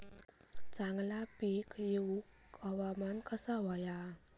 चांगला पीक येऊक हवामान कसा होया?